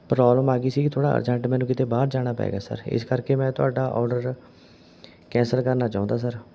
problem ਆ ਗਈ ਸੀਗੀ ਥੋੜ੍ਹਾ ਅਰਜਨਟ ਮੈਨੂੰ ਕਿਤੇ ਬਾਹਰ ਜਾਣਾ ਪੈ ਗਿਆ ਸਰ ਇਸ ਕਰਕੇ ਮੈਂ ਤੁਹਾਡਾ ਆਰਡਰ ਕੈਂਸਲ ਕਰਨਾ ਚਾਹੁੰਦਾ ਸਰ